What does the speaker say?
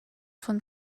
von